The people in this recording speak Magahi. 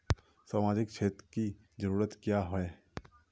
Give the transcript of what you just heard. सामाजिक क्षेत्र की जरूरत क्याँ होय है?